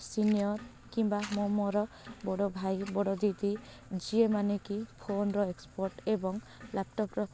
senior କିମ୍ବା ମୁଁ ମୋର ବଡ଼ ଭାଇ ବଡ଼ ଦିଦି ଯିଏ ମାନେକି ଫୋନ୍ର ଏକ୍ସପର୍ଟ ଏବଂ ଲ୍ୟାପଟପ୍ର